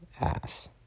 ass